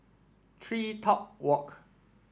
TreeTop Walk